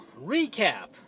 recap